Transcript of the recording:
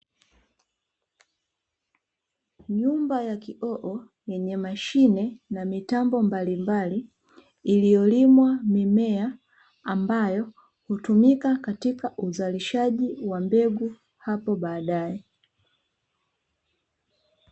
Nyumba ya kioo, yenye mashine na mitambo mbalimbali, iliyolimwa mimea ambayo hutumika katika uzalishaji wa mbegu hapo baadaye.